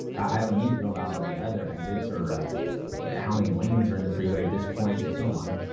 i don't need to know about all the other exits or how many lanes are in the freeway at this point and so on.